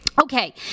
okay